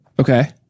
Okay